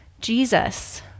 Jesus